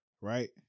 Right